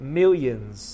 millions